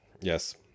yes